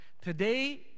Today